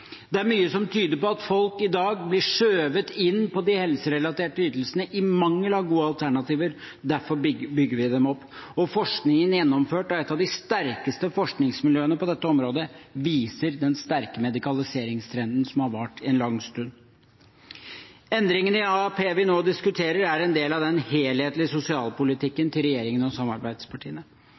Det er mye som tyder på at folk i dag blir skjøvet inn i de helserelaterte ytelsene i mangel av gode alternativer. Derfor bygger vi dem opp. Og forskningen gjennomført av et av de sterkeste forskningsmiljøene på dette området viser den sterke medikaliseringstrenden som har vart en lang stund. Endringene i AAP vi nå diskuterer, er en del av den helhetlige sosialpolitikken til regjeringen og samarbeidspartiene.